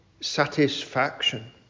satisfaction